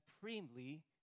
supremely